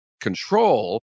control